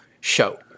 show